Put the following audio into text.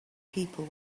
people